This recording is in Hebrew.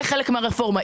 זה חלק מהרפורמה.